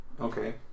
Okay